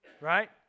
Right